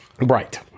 Right